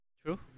True